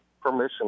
permission